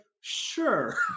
sure